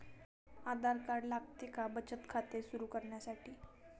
आधार card लागते का बचत खाते सुरू करण्यासाठी?